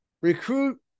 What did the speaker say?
recruit